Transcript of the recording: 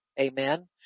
Amen